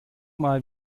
mal